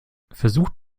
versucht